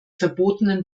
verbotenen